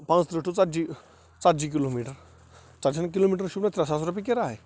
پانٛژھ ترٕہ ٹُو ژتجی ژتجی کِلومیٖٹر ژتجی ہن کِلومیٖٹرن شوٗبنا ترٛےٚ ساس رۄپیہِ کِراے